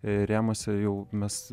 rėmuose jau mes